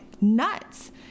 nuts